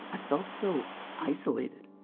i felt so isolated.